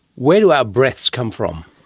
where do our breaths come from?